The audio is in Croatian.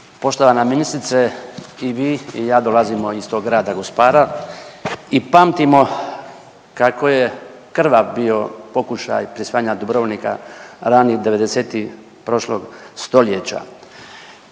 Poštovana ministrice, i vi i ja dolazimo iz tog grada gospara i pamtimo kako je krvav bio pokušaj prisvajanja Dubrovnika ranih '90.-tih prošlog stoljeća